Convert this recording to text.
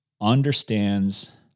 understands